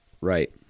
right